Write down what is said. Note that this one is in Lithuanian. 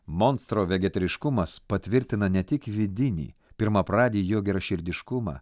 monstro vegetariškumas patvirtina ne tik vidinį pirmapradį jo geraširdiškumą